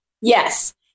Yes